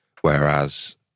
Whereas